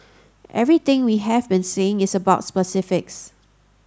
everything we have been saying is about specifics